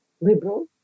liberal